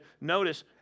notice